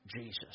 Jesus